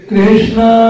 Krishna